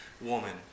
woman